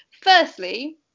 Firstly